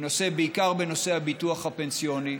בעיקר בנושא הביטוח הפנסיוני.